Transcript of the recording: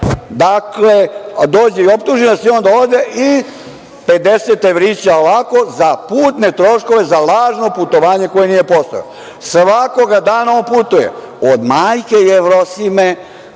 dakle, dođe i optuži nas i onda ode i 50 evrića za putne troškove za lažno putovanje koje nije postojalo. Svakoga dana on putuje od Majke Jevrosime